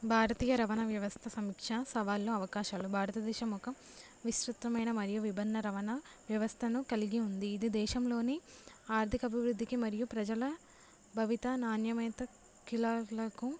భారతీయ రవాణా వ్యవస్థ సమీక్ష సవాళ్ళు అవకాశాలు భారతదేశం ఒక విస్తృతమైన మరియు విభిన్న రవాణా వ్యవస్థను కలిగి ఉంది ఇది దేశంలోని ఆర్థిక అభివృద్ధికి మరియు ప్రజల భవిత నాణ్యత కిలలకు